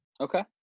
Okay